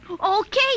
Okay